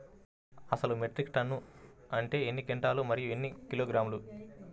అసలు metric tonne అంటే ఎన్ని క్వింటాలు మరియు ఎన్ని కిలోగ్రాములు?